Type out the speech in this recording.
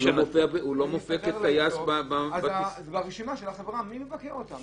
הוא לא מופיע כטייס --- אז ברשימה של החברה מי מבקר אותם?